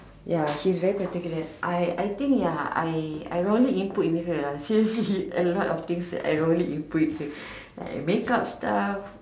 ya she's very particular I I think ya I wrongly input in her lah seriously I wrongly input like make up stuff